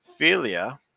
Philia